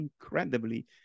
incredibly